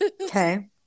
Okay